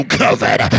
covered